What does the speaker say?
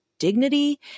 dignity